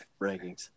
rankings